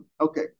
Okay